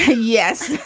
yes.